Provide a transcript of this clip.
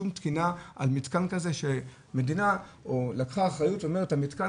שום תקינה על מתקן כזה שמדינה לקחה אחריות ואומרת שהמתקן